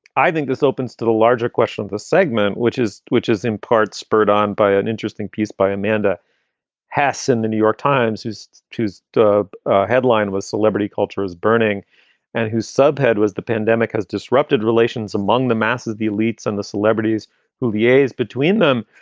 i think this opens to the larger question of the segment, which is which is in part spurred on by an interesting piece by amanda hess in the new york times, whose whose ah headline was celebrity culture is burning and whose subhead was the pandemic has disrupted relations among the masses of the elites and the celebrities who liaise between them.